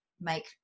make